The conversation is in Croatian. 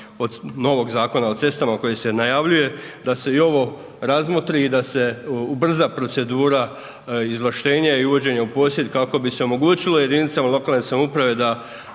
novog Zakona o cestama koji se najavljuje, da se i ovo razmotri i da se ubrza procedura izvlaštenja i uvođenja u posjed kako bi se omogućilo jedinicama lokalne samouprave da